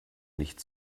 nicht